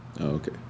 Okay